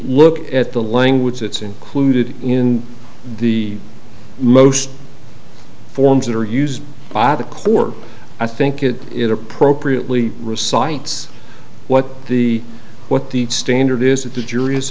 look at the language it's included in the most forms that are used by the court i think it is appropriately recites what the what the standard is that the jury